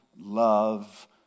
love